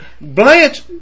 Blanche